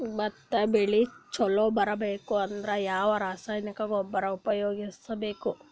ಭತ್ತ ಬೆಳಿ ಚಲೋ ಬರಬೇಕು ಅಂದ್ರ ಯಾವ ರಾಸಾಯನಿಕ ಗೊಬ್ಬರ ಉಪಯೋಗಿಸ ಬೇಕು?